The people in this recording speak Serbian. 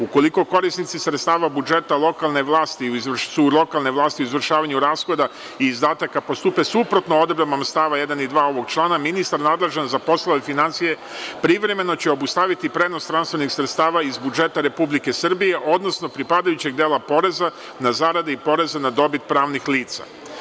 Ukoliko korisnici sredstava budžeta lokalne vlasti u izvršavanju rashoda i izdataka postupe suprotno odredbama stava 1. i 2. ovog člana, ministar nadležan za poslove finansija privremeno će obustaviti prenos transfernih sredstava iz budžeta Republike Srbije, odnosno pripadajućeg dela poreza na zarade i poreza na dobit pravnih lica.